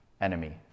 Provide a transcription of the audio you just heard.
enemy